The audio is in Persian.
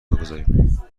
بگذاریم